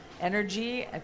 energy